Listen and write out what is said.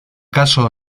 caso